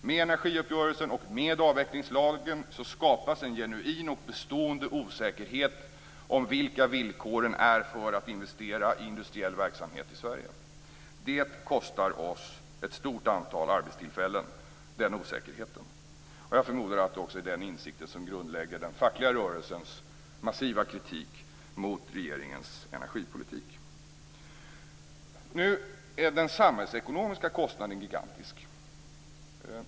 Med energiuppgörelsen, och med avvecklingslagen, skapas en genuin och bestående osäkerhet om vilka villkoren är för att investera i industriell verksamhet i Sverige. Den osäkerheten kostar oss ett stort antal arbetstillfällen. Jag förmodar att det också är den insikten som grundlägger den fackliga rörelsens massiva kritik mot regeringens energipolitik. Nu är den samhällsekonomiska kostnaden gigantisk.